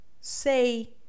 say